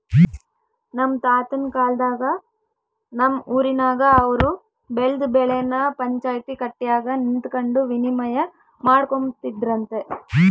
ನಮ್ ತಾತುನ್ ಕಾಲದಾಗ ನಮ್ ಊರಿನಾಗ ಅವ್ರು ಬೆಳ್ದ್ ಬೆಳೆನ ಪಂಚಾಯ್ತಿ ಕಟ್ಯಾಗ ನಿಂತಕಂಡು ವಿನಿಮಯ ಮಾಡಿಕೊಂಬ್ತಿದ್ರಂತೆ